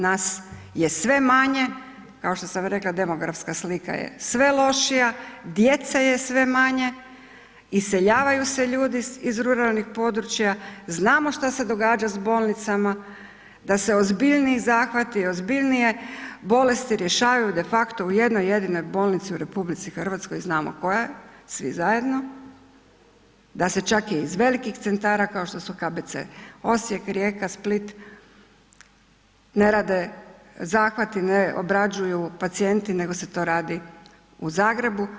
Nas je sve manje, kao što sam rekla demografska slika je sve lošija, djece je sve manje, iseljavaju se ljudi iz ruralnih područja, znamo šta se događa s bolnicama, da se ozbiljniji zahvati i ozbiljnije bolesti rješavaju de facto u jednoj jedinoj bolnici u RH, znamo koja je svi zajedno, da se čak iz velikih centara kao što su KBC Osijek, Rijeka, Split ne rade zahvate, ne obrađuju pacijenti nego se to radi u Zagrebu.